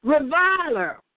reviler